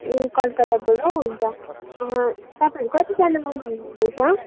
ए कलकत्ताबाट हुन्छ तपाईँहरू कतिजना आउनु हुँदैछ